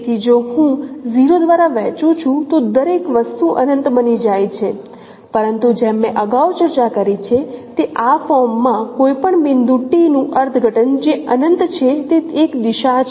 તેથી જો હું 0 દ્વારા વહેંચું છું તો દરેક વસ્તુ અનંત બની જાય છે પરંતુ જેમ મેં અગાઉ ચર્ચા કરી છે તે આ ફોર્મમાં કોઈપણ બિંદુ t નું અર્થઘટન જે અનંત છે તે એક દિશા છે